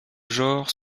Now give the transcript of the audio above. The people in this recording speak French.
genre